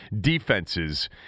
defenses